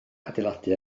adeiladu